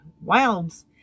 wilds